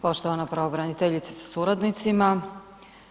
Poštovana pravobraniteljice sa suradnicima,